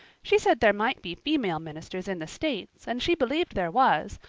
she said there might be female ministers in the states and she believed there was,